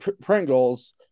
Pringles